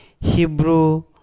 Hebrew